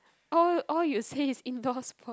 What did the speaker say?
all all you say is indoor sport